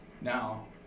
Now